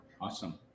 Awesome